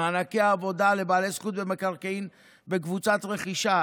מענקי עבודה לבעלי זכות במקרקעין בקבוצת רכישה,